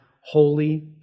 holy